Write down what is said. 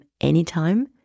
anytime